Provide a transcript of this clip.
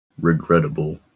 regrettable